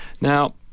Now